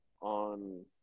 on